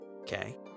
Okay